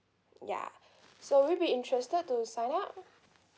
yeah so will you be interested to sign up